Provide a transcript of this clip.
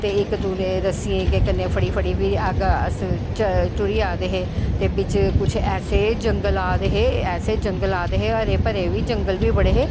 ते इक दुए गी रस्सियें गी फड़ी फड़ी अस टुरी जा दे हे त् बिच्च कुश ऐसे जंगल आ दे हे ऐसे जंगल आ दे हे हरे भरे जंगल बी बड़े हे